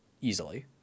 easily